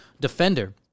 defender